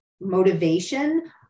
motivation